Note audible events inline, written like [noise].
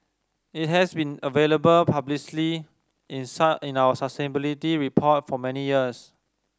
it has been available publicly in [unintelligible] in our sustainability report for many years